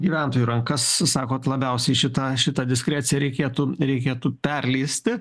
gyventojų rankas sakot labiausiai šitą šitą diskreciją reikėtų reikėtų perleisti